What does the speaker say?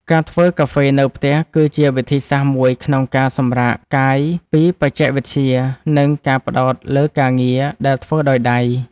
ការធ្វើកាហ្វេនៅផ្ទះ គឺជាវិធីសាស្រ្តមួយក្នុងការសម្រាកកាយពីបច្ចេកវិទ្យា និងការផ្ដោតលើការងារដែលធ្វើដោយដៃ។